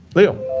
leo?